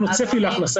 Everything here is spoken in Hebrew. בנוסף לזה,